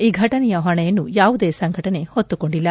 ಈ ಫಟನೆಯ ಹೊಣೆಯನ್ನು ಯಾವುದೇ ಸಂಘಟನೆ ಹೊತ್ತುಕೊಂಡಿಲ್ಲ